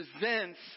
presents